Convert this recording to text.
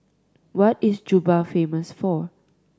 what is Juba famous for